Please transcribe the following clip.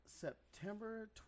September